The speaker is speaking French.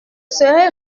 serai